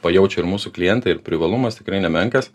pajaučia ir mūsų klientai ir privalumas tikrai nemenkas